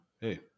Hey